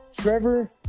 Trevor